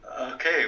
okay